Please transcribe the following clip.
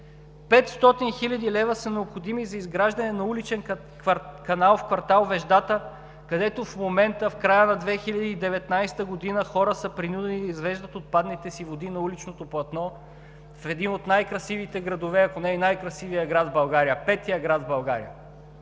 500 хил. лв. са необходими за изграждане на уличен канал в квартал „Веждата“, където в момента – в края на 2019 г., хора са принудени да извеждат отпадните си води на уличното платно в един от най-красивите градове, ако не и най-красивият град в България – петият град в България.